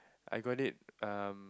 I got it um